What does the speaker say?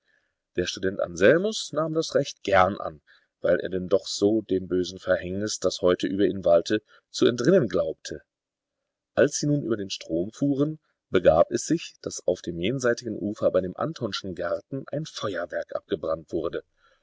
der student anselmus nahm das recht gern an weil er denn doch so dem bösen verhängnis das heute über ihn walte zu entrinnen glaubte als sie nun über den strom fuhren begab es sich daß auf dem jenseitigen ufer bei dem antonschen garten ein feuerwerk abgebrannt wurde